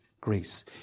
grace